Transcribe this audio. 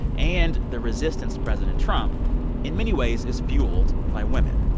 and the resistance to president trump in many ways is fueled by women.